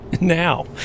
now